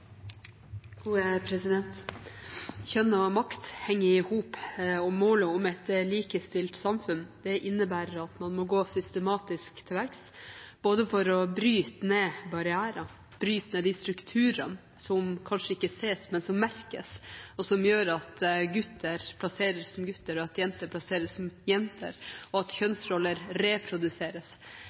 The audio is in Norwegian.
Kjønn og makt henger i hop, og målet om et likestilt samfunn innebærer at man må gå systematisk til verks for å bryte ned barrierer og de strukturene som kanskje ikke ses, men som merkes, og som gjør at gutter plasseres som gutter, at jenter plasseres som jenter, at kjønnsroller reproduseres,